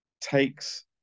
takes